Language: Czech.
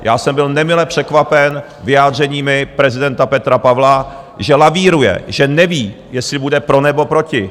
Já jsem byl nemile překvapen vyjádřeními prezidenta Petra Pavla, že lavíruje, že neví, jestli bude pro, nebo proti.